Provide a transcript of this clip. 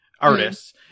artists